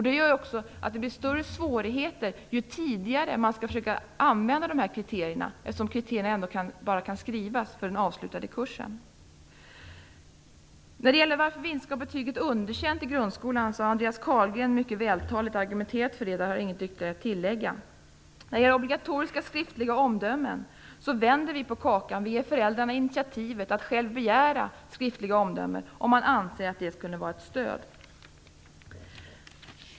Det gör även att det blir större svårigheter ju tidigare man skall försöka använda de här kriterierna, eftersom de ändå bara kan skrivas för den avslutade kursen. I frågan om varför vi inte skall ha betyget underkänt i grundskolan har Andreas Carlgren mycket vältaligt argumenterat. Där har jag inget ytterligare att tillägga. När det gäller obligatoriska skriftliga omdömen vänder vi på kakan. Vi ger föräldrarna initiativet att själva begära skriftliga omdömen, om sådana anses vara ett stöd.